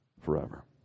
forever